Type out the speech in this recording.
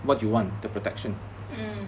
mm